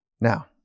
Now